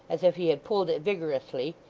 as if he had pulled it vigorously,